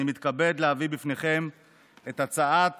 אני מתכבד להביא בפניכם את הצעת